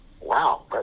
wow